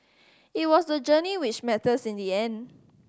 it was the journey which matters in the end